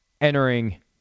entering